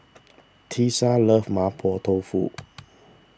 Tisa loves Mapo Tofu